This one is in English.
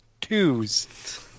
twos